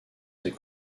ses